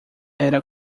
era